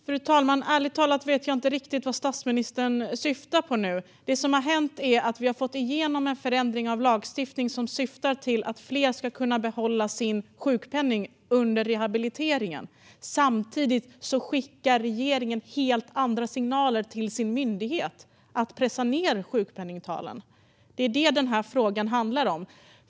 Fru talman! Ärligt talat vet jag inte riktigt vad statsministern syftar på. Vad som har hänt är att vi har fått igenom en förändring av lagstiftningen som syftar till att fler ska kunna behålla sin sjukpenning under rehabiliteringen. Samtidigt skickar regeringen signaler till sin myndighet att pressa ned sjukpenningtalen. Det är det denna fråga handlar om.